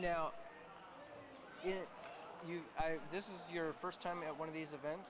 you this is your first time at one of these events